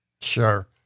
Sure